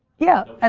yeah, and